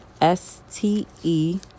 S-T-E